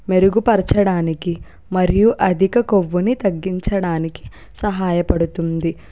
మెరుగుపరచడానికి మరియు అధిక కొవ్వుని తగ్గించడానికి సహాయపడుతుంది